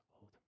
old